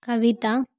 Kavita